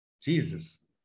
Jesus